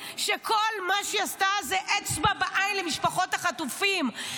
שכל מה שהיא עשתה זה אצבע בעין למשפחות החטופים.